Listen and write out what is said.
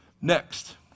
next